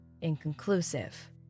inconclusive